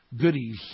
goodies